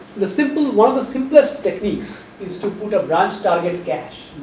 the simple one of the simplest technique is is to put a branch target cash